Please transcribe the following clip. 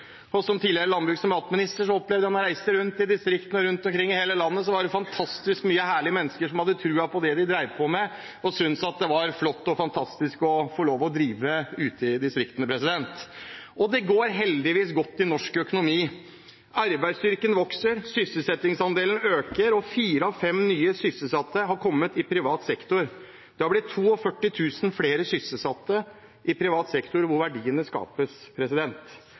landet. Som tidligere landbruks- og matminister opplevde jeg da jeg reiste rundt i distriktene og rundt omkring i hele landet at det var fantastisk mange herlige mennesker som hadde tro på det de drev på med, og som syntes at det var flott og fantastisk å få lov til å drive ute i distriktene. Det går heldigvis godt i norsk økonomi. Arbeidsstyrken vokser, sysselsettingsandelen øker, og fire av fem nye sysselsatte har kommet i privat sektor. Det har blitt 42 000 flere sysselsatte i privat sektor, hvor verdiene skapes.